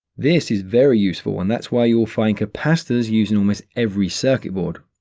this is very useful, and that's why you will find capacitors used in almost every circuit board.